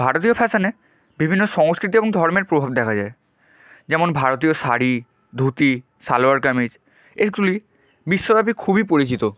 ভারতীয় ফ্যাশনে বিভিন্ন সংস্কৃতি এবং ধর্মের প্রভাব দেখা যায় যেমন ভারতীয় শাড়ি ধুতি সালোয়ার কামিজ এইগুলি বিশ্বব্যাপী খুবই পরিচিত